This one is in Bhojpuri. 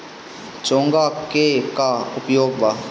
चोंगा के का उपयोग बा?